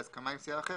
בהסכמה עם סיעה אחרת,